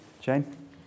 Jane